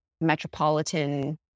Metropolitan